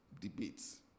debates